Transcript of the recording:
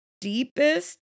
deepest